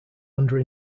under